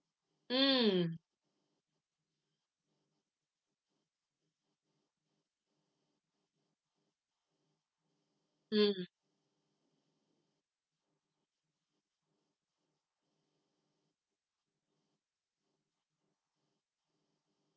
mm mm